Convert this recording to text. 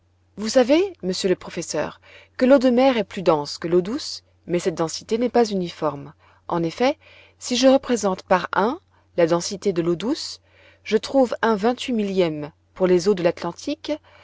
vous savez monsieur le professeur que l'eau de mer est plus dense que l'eau douce mais cette densité n'est pas uniforme en effet si je représente par un la densité de l'eau douce je trouve un vingt-huit millième pour les eaux de l'atlantique